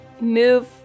move